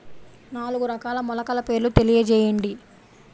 నాలుగు రకాల మొలకల పేర్లు తెలియజేయండి?